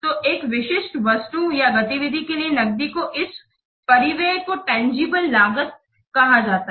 तो एक विशिष्ट वस्तु या गतिविधि के लिए नकदी के इस परिव्यय को तंजीबले लागत कहा जाता है